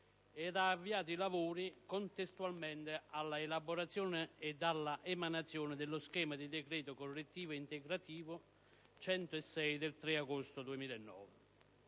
ed ha avviato i lavori contestualmente all'elaborazione e all'emanazione dello schema di decreto legislativo correttivo ed integrativo del 2 agosto 2009,